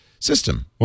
System